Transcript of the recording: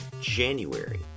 January